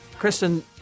Kristen